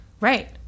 right